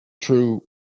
true